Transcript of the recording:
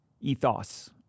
ethos